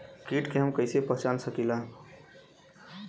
कीट के हम कईसे पहचान सकीला